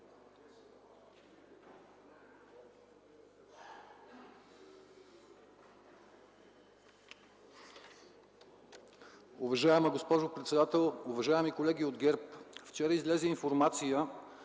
Уважаема госпожо председател, уважаеми колеги от ГЕРБ! Вчера излезе информация